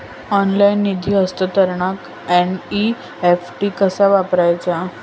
Online निधी हस्तांतरणाक NEFT कसा वापरायचा?